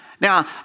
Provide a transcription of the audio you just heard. Now